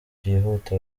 byihuta